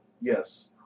Yes